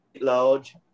large